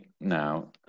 now